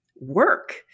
work